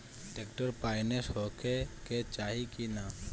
Tractor पाईनेस होखे के चाही कि ना?